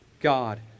God